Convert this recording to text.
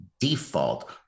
default